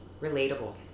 Relatable